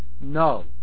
no